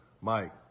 Mike